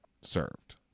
served